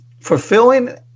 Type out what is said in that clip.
fulfilling